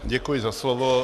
Děkuji za slovo.